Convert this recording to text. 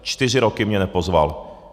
Čtyři roky mě nepozval.